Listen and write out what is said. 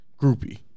groupie